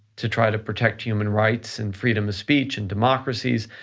to try to protect human rights and freedom of speech and democracies,